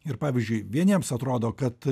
ir pavyzdžiui vieniems atrodo kad